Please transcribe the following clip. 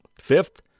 Fifth